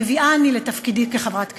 מביאה אני לתפקידי כחברת הכנסת.